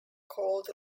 called